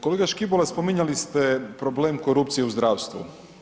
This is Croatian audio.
Kolega Škibola, spominjali ste problem korupcije u zdravstvu.